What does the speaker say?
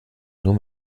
nur